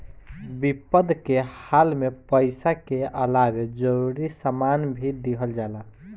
विपद के हाल में पइसा के अलावे जरूरी सामान के भी दिहल जाला